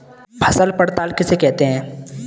फसल पड़ताल किसे कहते हैं?